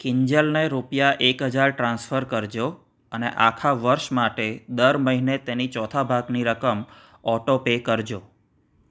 કિંજલને રૂપિયા એક હજાર ટ્રાન્સફર કરજો અને આખા વર્ષ માટે દર મહિને તેની ચોથા ભાગની રકમ ઓટો પે કરજો